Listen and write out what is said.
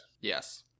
Yes